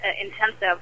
intensive